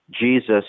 Jesus